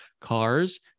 cars